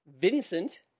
Vincent